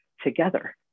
together